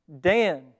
Dan